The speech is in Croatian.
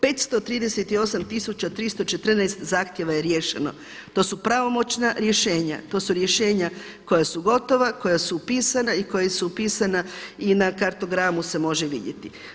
538 tisuća 314 zahtjeva je riješeno, to su pravomoćna rješenja, to su rješenja koja su gotova, koja su upisana i koja su upisana i na kartogramu se može vidjeti.